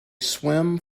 swim